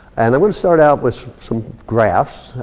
and i wanna start out with some graphs,